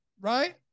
right